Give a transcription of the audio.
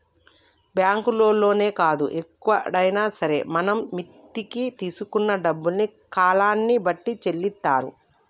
బ్యాంకుల్లోనే కాదు ఎక్కడైనా సరే మనం మిత్తికి తీసుకున్న డబ్బుల్ని కాలాన్ని బట్టి చెల్లిత్తారు